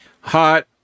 hot